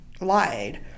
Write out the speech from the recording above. lied